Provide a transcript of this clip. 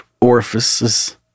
orifices